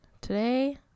Today